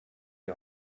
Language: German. die